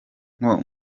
nko